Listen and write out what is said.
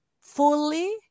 fully